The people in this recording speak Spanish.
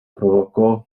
provocó